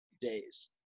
days